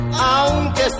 Aunque